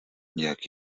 jak